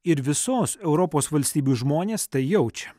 ir visos europos valstybių žmonės tai jaučia